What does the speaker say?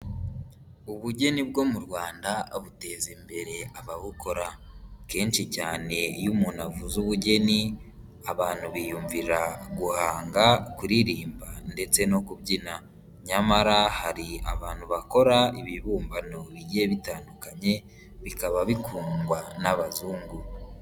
Ubugeni bwo mu Rwanda abuteza imbere ababukora, kenshi cyane iyo umuntu avuze ubugeni abantu biyumvira guhanga, kuririmba ndetse no kubyina nyamara hari abantu bakora ibibumbano bigiye bitandukanye bikaba bikundwa n'abazungu.